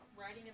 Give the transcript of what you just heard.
Writing